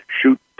shoot